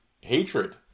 hatred